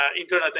Internet